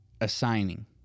assigning